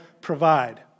provide